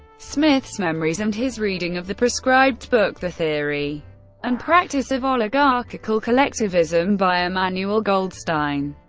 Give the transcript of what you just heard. smith's memories and his reading of the proscribed book, the theory and practice of oligarchical collectivism by emmanuel goldstein,